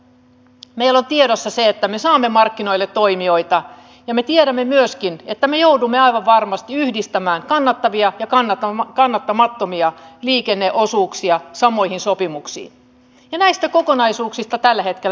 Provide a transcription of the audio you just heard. meillä on tiedossa se että me saamme markkinoille toimijoita ja me tiedämme myöskin että me joudumme aivan varmasti yhdistämään kannattavia ja kannattamattomia liikenneosuuksia samoihin sopimuksiin ja näistä kokonaisuuksista tällä hetkellä neuvotellaan